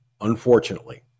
Unfortunately